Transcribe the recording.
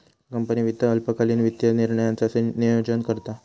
company वित्त अल्पकालीन वित्तीय निर्णयांचा नोयोजन करता